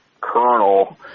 colonel